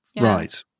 Right